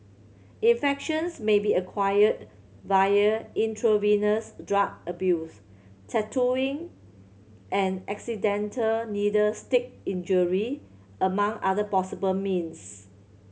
infections may be acquired via intravenous drug abuse tattooing and accidental needle stick injury among other possible means